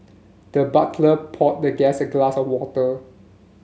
the butler poured the guest a glass of water